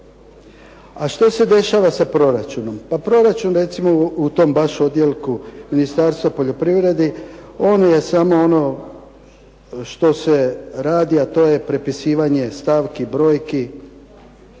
A što se dešava sa proračunom? Pa proračunom recimo, u tom baš odjeljku Ministarstva poljoprivrede on je samo ono što se radi, a to je prepisivanje stavki, brojki.